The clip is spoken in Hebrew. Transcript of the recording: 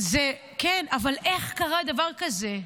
איך קרה דבר כזה?